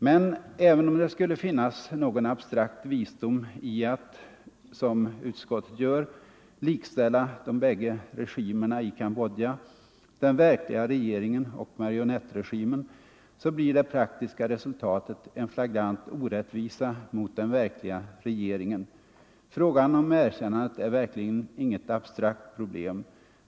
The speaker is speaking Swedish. Men även om det skulle finnas någon abstrakt visdom i att — som utskottet gör — likställa de bägge regimerna i Cambodja, den verkliga regeringen och marionettregimen, så blir det praktiska resultatet en flagrant orättvisa mot den verkliga regeringen. Frågan om erkännandet är verkligen inget abstrakt problem.